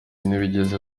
ntibigeze